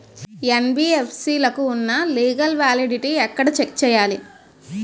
NBFC లకు ఉన్నా legal validity ఎక్కడ చెక్ చేయాలి?